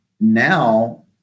now